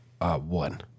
one